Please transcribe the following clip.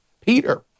Peter